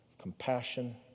compassion